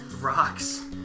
Rocks